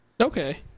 Okay